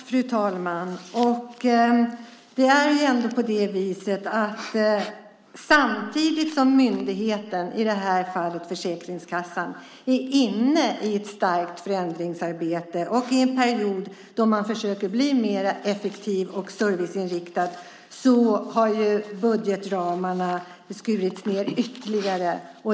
Fru talman! Det är ju ändå på det viset att samtidigt som myndigheten, i det här fallet Försäkringskassan, är inne i ett starkt förändringsarbete och i en period då man försöker bli mer effektiv och serviceinriktad har budgetramarna skurits ned ytterligare.